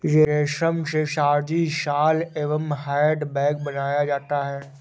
रेश्म से साड़ी, शॉल एंव हैंड बैग बनाया जाता है